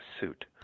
suit